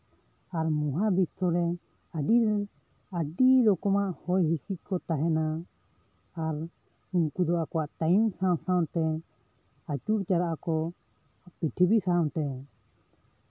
ᱟᱨ ᱢᱚᱦᱟ ᱵᱤᱥᱥᱚ ᱨᱮᱱ ᱟᱹᱰᱤᱜᱟᱱ ᱟᱹᱰᱤ ᱨᱚᱠᱚᱢᱟᱜ ᱦᱚᱭ ᱦᱤᱸᱥᱤᱫ ᱠᱚ ᱛᱟᱦᱮᱱᱟ ᱟᱨ ᱩᱱᱠᱩ ᱫᱚ ᱟᱠᱚᱣᱟᱜ ᱴᱟᱭᱤᱢ ᱥᱟᱶ ᱥᱟᱶᱛᱮ ᱟᱪᱩᱨ ᱪᱟᱞᱟᱜ ᱟᱠᱚ ᱯᱤᱨᱛᱷᱤᱵᱤᱨ ᱥᱟᱶᱛᱮ